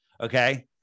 okay